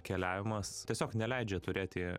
keliavimas tiesiog neleidžia turėti